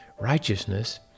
Righteousness